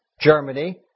Germany